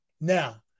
Now